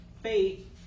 faith